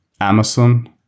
Amazon